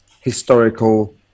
historical